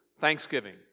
thanksgiving